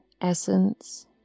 essence